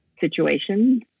situations